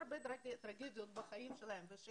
ומשרד ראש הממשלה, שכמובן תמיד היה בתמונה, ולדון.